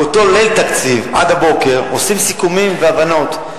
באותו ליל תקציב עד הבוקר עושים סיכומים והבנות.